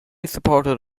supported